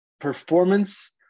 performance